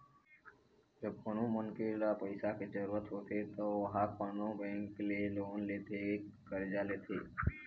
जब कोनो मनखे ल पइसा के जरुरत होथे त ओहा कोनो बेंक ले लोन लेथे करजा लेथे